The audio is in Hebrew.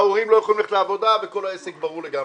ההורים לא יכולים ללכת לעבודה וכל העסק ברור לגמרי.